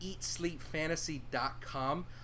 EatSleepFantasy.com